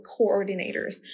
coordinators